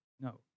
No